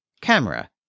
Camera